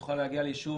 היא יכולה להגיד ליישוב